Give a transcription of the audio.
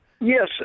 Yes